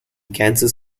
kansas